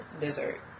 dessert